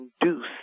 induce